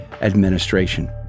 Administration